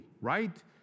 right